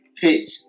pitch